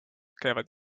käivad